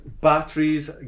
Batteries